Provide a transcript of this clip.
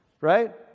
right